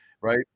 right